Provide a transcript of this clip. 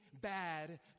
bad